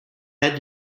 had